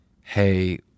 hey